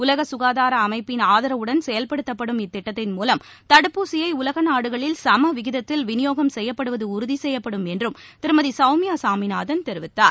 உலக சுகாதார அமைப்பின் ஆதரவுடன் செயல்படுத்தப்படும் இத்திட்டத்தின் மூலம் தடுப்பூசியை உலக நாடுகளில் சம விகிதத்தில் விநியோகம் செய்யப்படுவது உறுதி செய்யப்படும் என்றும் திருமதி சௌமியா சாமிநாதன் தெரிவித்தார்